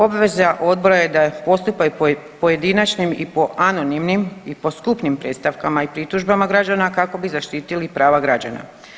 Obveza odbora je da postupa i po pojedinačnim i po anonimnim i po skupnim predstavkama i pritužbama građana kako bi zaštitili prava građana.